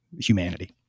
humanity